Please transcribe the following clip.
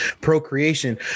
procreation